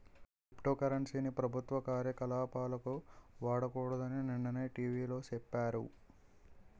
crypto currency ని ప్రభుత్వ కార్యకలాపాలకు వాడకూడదని నిన్ననే టీ.వి లో సెప్పారు